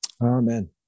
Amen